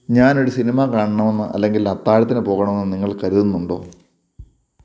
ഞാൻ ഒരു സിനിമ കാണണമെന്ന് അല്ലെങ്കിൽ അത്താഴത്തിന് പോകണമെന്ന് നിങ്ങൾ കരുതുന്നുണ്ടോ